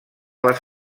les